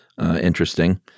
interesting